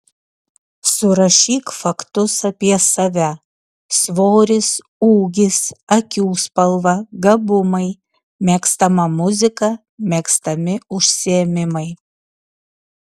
surašyk faktus apie save svoris ūgis akių spalva gabumai mėgstama muzika mėgstami užsiėmimai